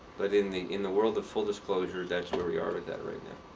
but in the in the world of full disclosure, that's where we are with that right now.